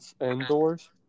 indoors